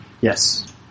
Yes